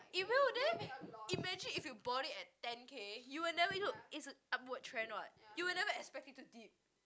it will there imagine if you bought it at ten K you will never look it's an upward trend what you will never expect it to dip